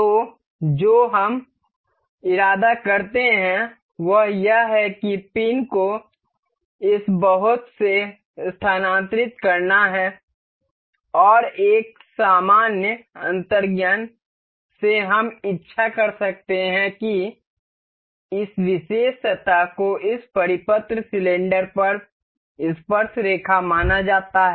तो जो हम इरादा करते हैं वह यह है कि पिन को इस बहुत से स्थानांतरित करना है और एक सामान्य अंतर्ज्ञान से हम इच्छा कर सकते हैं कि इस विशेष सतह को इस परिपत्र सिलेंडर पर स्पर्शरेखा माना जाता है